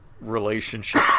relationship